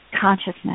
consciousness